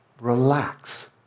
relax